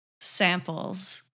samples